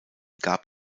gab